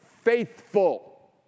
faithful